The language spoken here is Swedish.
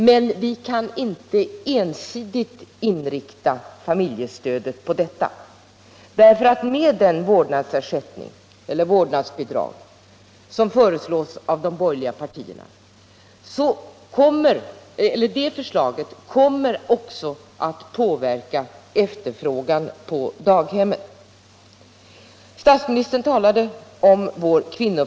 Men vi kan inte ensidigt inrikta familjestödet på detta. De borgerliga partiernas förslag om vårdnadsersättning eller vårdnadsbidrag påverkar också efterfrågan på daghemmen. Statsministern talade i går om moderata samlingspartiets kvinnofientlighet. Uppfattningen att det är kvinnofientligt att låta kvinnor vårda barn bottnar i en mycket cynisk inställning till barn och familj.